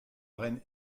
reine